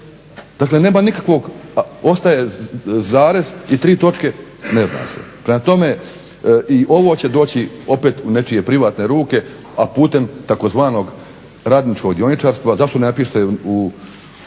Dakle, nema nikakvog, ostaje zarez i tri točke, ne zna se. Prema tome, i ovo će doći opet u nečije privatne ruke, a putem tzv. "radničkog dioničarstva". Zašto ne napišete u